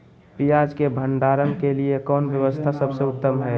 पियाज़ के भंडारण के लिए कौन व्यवस्था सबसे उत्तम है?